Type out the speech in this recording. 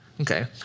Okay